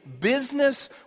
business